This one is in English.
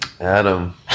Adam